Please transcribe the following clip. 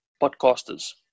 podcasters